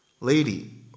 Lady